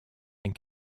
and